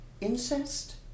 incest